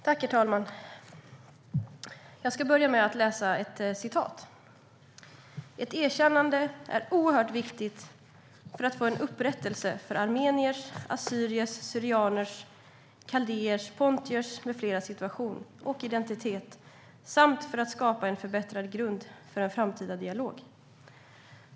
Herr talman! Jag ska börja med att läsa ett citat: "Ett erkännande är oerhört viktigt för att få en upprättelse för armeniers, assyriers/syrianers, kaldéers, pontiers m.fl. situation och identitet samt för att skapa en förbättrad grund för en framtida dialog."